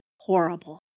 Horrible